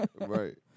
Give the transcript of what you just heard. Right